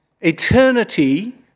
Eternity